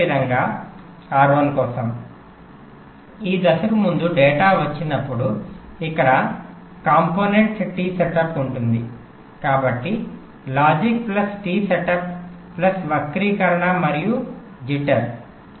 అదేవిధంగా R1 కోసం ఈ దశకు ముందు డేటా వచ్చినప్పుడు ఇక్కడ కంపోనెంట్ టి సెటప్ ఉంటుంది కాబట్టి logic plus T setup plus వక్రీకరణ మరియు జిటర్ skew jitter